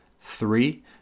Three